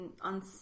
on